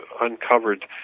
uncovered